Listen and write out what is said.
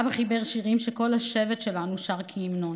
אבא חיבר שירים שכל השבט שלנו שר כהמנון,